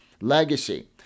Legacy